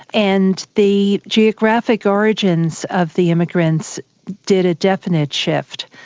and the geographic origins of the immigrants did a definite shift.